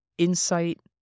insight